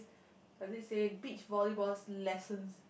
does it said beach volleyball's lessons